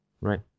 right